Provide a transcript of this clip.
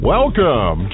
Welcome